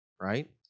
right